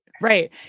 right